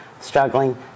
Struggling